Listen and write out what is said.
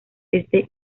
este